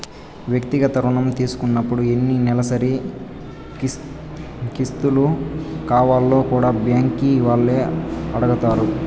వ్యక్తిగత రుణం తీసుకున్నపుడు ఎన్ని నెలసరి కిస్తులు కావాల్నో కూడా బ్యాంకీ వాల్లే అడగతారు